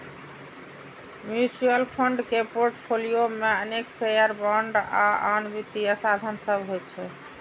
mutual fund के portfolio मे अनेक शेयर, बांड आ आन वित्तीय साधन सभ होइ छै